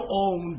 own